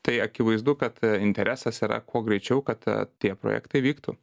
tai akivaizdu kad interesas yra kuo greičiau kad tie projektai vyktų